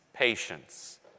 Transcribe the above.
Patience